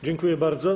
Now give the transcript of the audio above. Dziękuję bardzo.